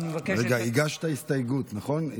רגע, הגשת הסתייגות, נכון?